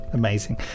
amazing